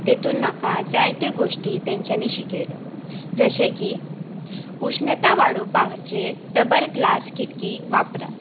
तेतून म्हाका जायत्यो गोश्टी तेंच्यांनी शिकयल्यो जशें की उश्णताय वाडोवपाचेर डबल ग्लास खिडकी वापरात